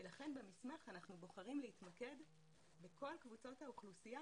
ולכן במסמך אנחנו בוחרים להתמקד בכל קבוצות האוכלוסייה